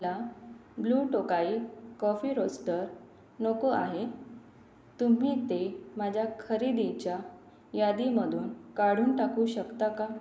ला Blue Tokai coffee roaster नको आहे तुम्ही ते माझ्या खरेदीच्या यादीमधून काढून टाकू शकता का